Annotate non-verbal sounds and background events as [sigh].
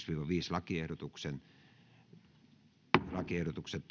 lakiehdotuksista lakiehdotuksista [unintelligible]